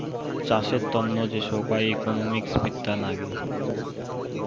চাষের তন্ন যে সোগায় ইকোনোমিক্স বিদ্যা নাগে